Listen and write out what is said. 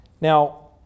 Now